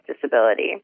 disability